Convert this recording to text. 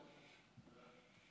תודה.